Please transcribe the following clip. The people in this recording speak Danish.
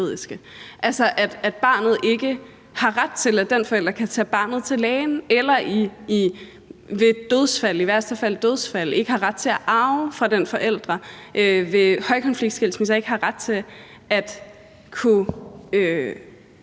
altså at barnet ikke har ret til, at den forælder kan tage barnet til lægen, eller i værste fald ved dødsfald ikke har ret til at arve fra den forælder eller ved højkonfliktskilsmisser bare ikke har ret til den